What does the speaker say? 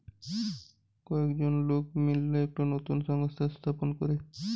কয়েকজন লোক মিললা একটা নতুন সংস্থা স্থাপন করে